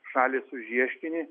šalys už ieškinį